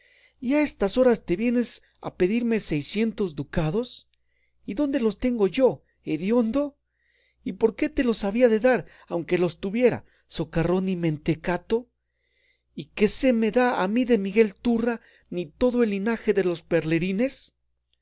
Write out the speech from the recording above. a estas horas te vienes a pedirme seiscientos ducados y dónde los tengo yo hediondo y por qué te los había de dar aunque los tuviera socarrón y mentecato y qué se me da a mí de miguel turra ni de todo el linaje de los